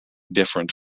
different